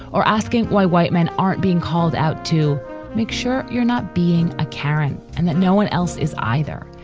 or asking why white men aren't being called out to make sure you're not being a karen. and that no one else is either,